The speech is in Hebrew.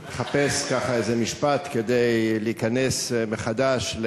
אני מחפש איזה משפט כדי להיכנס מחדש.